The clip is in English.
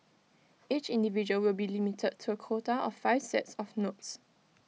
each individual will be limited to A quota of five sets of notes